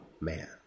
man